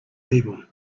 people